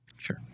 Sure